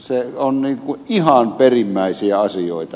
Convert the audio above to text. se on ihan perimmäisiä asioita